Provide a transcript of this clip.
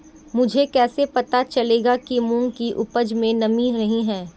मुझे कैसे पता चलेगा कि मूंग की उपज में नमी नहीं है?